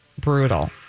brutal